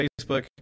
facebook